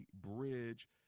bridge